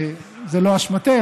זה לא אשמתך,